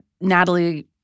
Natalie